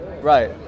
Right